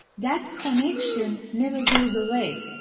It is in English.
that connection never goes away.